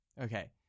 Okay